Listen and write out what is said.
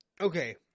Okay